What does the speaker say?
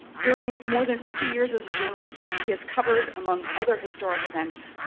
during more than fifty years as a journalist, he has covered, among other historic events,